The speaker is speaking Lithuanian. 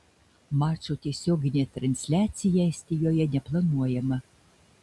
mačo tiesioginė transliacija estijoje neplanuojama